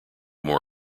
more